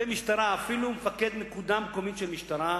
אפילו מפקד נקודה מקומית של משטרה,